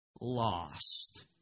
lost